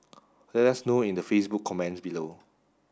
let us know in the Facebook comments below